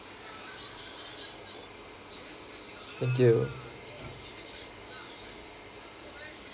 thank you